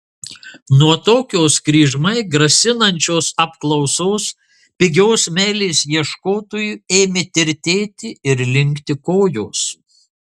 nuo tokios kryžmai grasinančios apklausos pigios meilės ieškotojui ėmė tirtėti ir linkti kojos